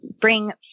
bring